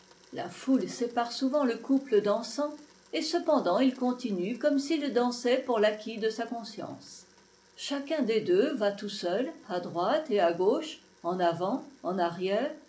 la foule sépare souvent le couple dansant et cependant il continue comme s'il dansait pour l'acquit de sa conscience chacun des deux va tout seul à droite et à gnuche en avant en arrière